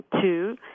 two